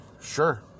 sure